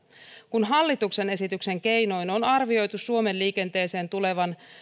kun hallituksen esityksen keinoin on arvioitu suomen liikenteeseen tulevan